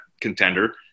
contender